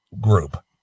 group